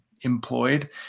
employed